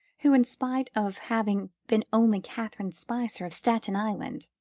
who, in spite of having been only catherine spicer of staten island,